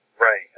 Right